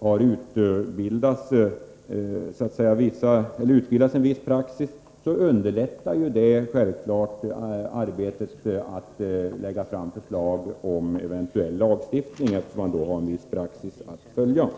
har utbildats en viss praxis underlättar detta självfallet arbetet att lägga fram ett förslag till en eventuell lagstiftning, eftersom man då har en viss praxis att följa.